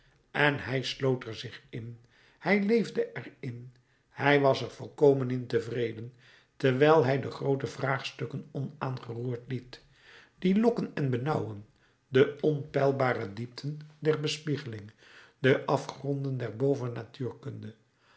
en hij sloot er zich in hij leefde er in hij was er volkomen in tevreden terwijl hij de groote vraagstukken onaangeroerd liet die lokken en benauwen de onpeilbare diepten der bespiegeling de afgronden